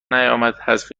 نیامد، حذف